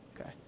Okay